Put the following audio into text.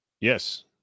yes